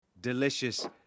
Delicious